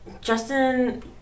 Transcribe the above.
Justin